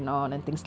ya